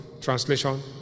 translation